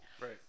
Right